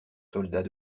soldats